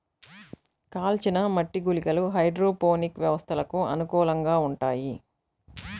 కాల్చిన మట్టి గుళికలు హైడ్రోపోనిక్ వ్యవస్థలకు అనుకూలంగా ఉంటాయి